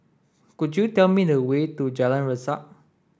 could you tell me the way to Jalan Resak